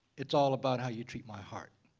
it's all about how you treat my heart.